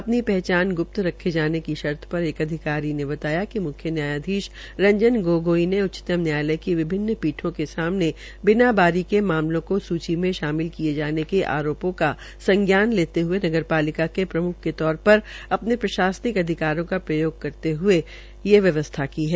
अ नी हचान गूप्त रखे जाने की शर्त र एक अधिकारी ने बताया कि मुख्य न्यायाधीश रंजन गोगोई में उच्चतम न्यायालय की विभिन्न श्रीठों के सामने बिना बारी के मामलों को सूची में शामिल किये जाने के आरोधों का संज्ञान लेते हये न्याय ालिका के प्रम्ख के तौर अ ने प्रशासनिक अधिकारों का प्रयोग करते हये ये व्यवस्था की है